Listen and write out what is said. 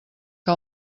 que